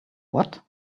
what